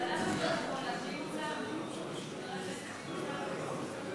אבל למה שלמה מולה?